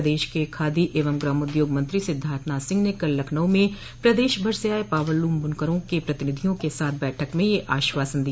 प्रदेश के खादी एवं ग्रामोद्योग मंत्री सिद्धार्थनाथ सिंह ने कल लखनऊ में प्रदेश भर से आये पावरलूम बुनकरों के प्रतिनिधियों के साथ बैठक में यह आश्वासन दिया